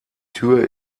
tür